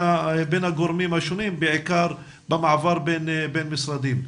הגורמים השונים בעיקר במעבר בין משרדים.